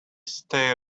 stay